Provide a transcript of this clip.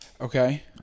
Okay